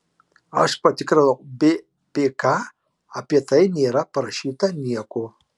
aš patikrinau bpk apie tai nėra parašyta nieko